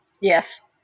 Yes